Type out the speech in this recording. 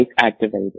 activated